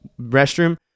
restroom